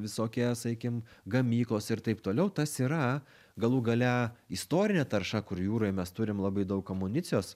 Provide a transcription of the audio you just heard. visokie sakykim gamyklos ir taip toliau tas yra galų gale istorinė tarša kur jūroj mes turime labai daug amunicijos